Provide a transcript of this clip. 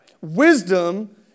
Wisdom